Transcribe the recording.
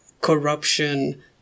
corruption